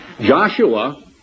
Joshua